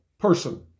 person